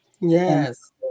Yes